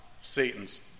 Satan's